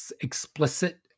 explicit